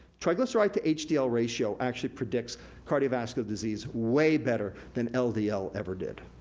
triglyceride to hdl ratio actually predicts cardiovascular disease way better than ldl ldl ever did.